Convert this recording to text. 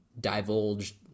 divulged